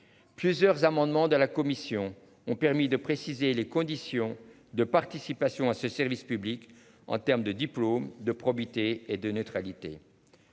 Plusieurs amendements de la commission ont permis de préciser les conditions de participation à ce service public. En terme de diplôme de probité et de neutralité.